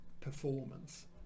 performance